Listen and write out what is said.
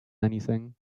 anything